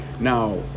Now